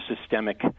systemic